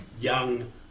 young